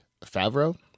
Favreau